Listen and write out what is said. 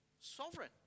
sovereign